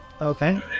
Okay